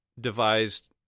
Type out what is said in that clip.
devised